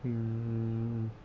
mm